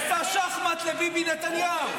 עשה שחמט לביבי נתניהו.